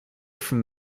from